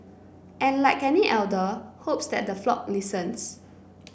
and like any elder hopes that the flock listens